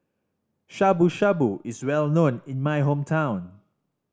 Shabu Shabu is well known in my hometown